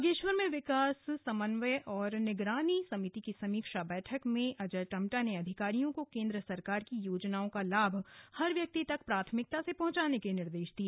बागेश्वर में विकास समन्वय और निगरानी समिति की समीक्षा बैठक में अजय टम्टा ने अधिकारियों को केंद्र सरकार की योजनाओं का लाभ हर व्यक्ति तक प्राथमिकता से पहुंचाने के निर्देश दिए